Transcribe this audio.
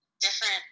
different